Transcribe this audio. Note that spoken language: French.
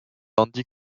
landi